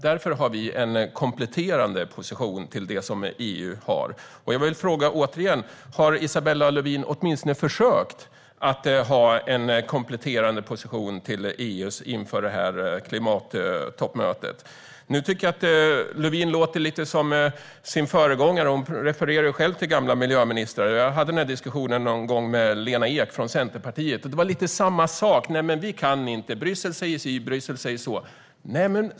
Därför har vi en kompletterande position till den som EU har. Jag vill återigen fråga: Har Isabella Lövin åtminstone försökt att ha en kompletterande position till EU:s inför det här klimattoppmötet? Jag tycker att Lövin låter lite som sin föregångare. Hon refererar själv till gamla miljöministrar. Jag hade en gång den här diskussionen med Lena Ek från Centerpartiet, och det var lite samma sak: Nej, vi kan inte. Bryssel säger si, och Bryssel säger så.